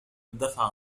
الدفع